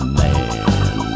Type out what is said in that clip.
man